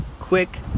quick